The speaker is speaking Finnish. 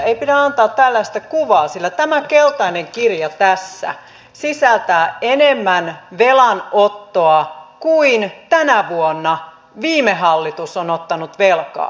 ei pidä antaa tällaista kuvaa sillä tämä keltainen kirja tässä sisältää enemmän velanottoa kuin tänä vuonna viime hallitus on ottanut velkaa